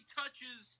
touches